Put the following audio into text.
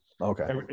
okay